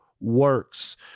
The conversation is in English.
works